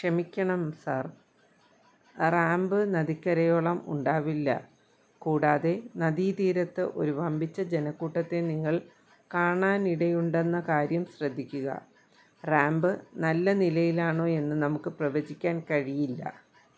ക്ഷമിക്കണം sir ramp നദിക്കരയോളം ഉണ്ടാവില്ല കൂടാതെ നദീതീരത്ത് ഒരു വമ്പിച്ച ജനക്കൂട്ടത്തെ നിങ്ങൾ കാണാനിടയുണ്ടെന്ന കാര്യം ശ്രദ്ധിക്കുക റാമ്പ് നല്ല നിലയിലാണോ എന്ന് നമുക്ക് പ്രവചിക്കാൻ കഴിയില്ല